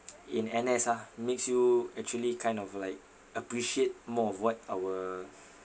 in N_S ah makes you actually kind of like appreciate more of what our